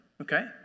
Okay